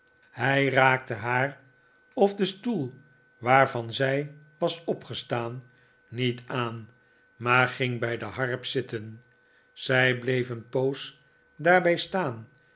hij raakte haar of den stoel waarvan zij was opgestaan niet aan maar ging bij de harp zitten zij bleef een poos daarbij staan